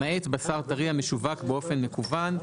למעט בשר טרי המשווק באופן מקוון.